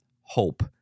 hope